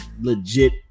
legit